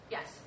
Yes